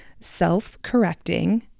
self-correcting